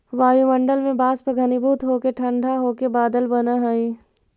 वायुमण्डल में वाष्प घनीभूत होके ठण्ढा होके बादल बनऽ हई